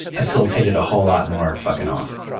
facilitated a whole lot more fucking off.